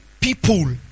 people